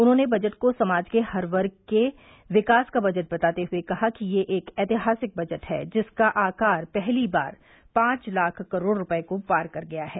उन्होंने बजट को समाज के हर वर्ग के विकास का बजट बताते हुए कहा कि यह एक ऐतिहासिक बजट है जिसका आकार पहली बार पांच लाख करोड़ रूपये को पार कर गया है